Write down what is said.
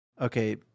okay